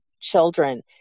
children